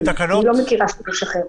אני לא מכירה שימוש אחר.